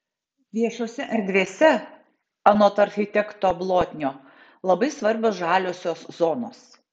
viešose erdvėse anot architekto blotnio labai svarbios žaliosios zonos